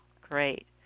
great